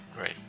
right